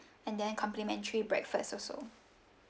and then complimentary breakfast also